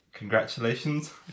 Congratulations